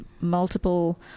multiple